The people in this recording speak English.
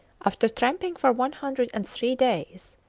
after tramping for one hundred and three days,